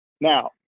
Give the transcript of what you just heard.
now